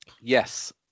Yes